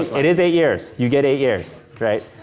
it is eight years, you get eight years, alright.